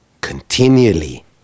Continually